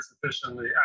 sufficiently